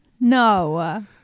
No